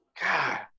God